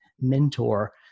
mentor